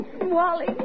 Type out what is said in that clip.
Wally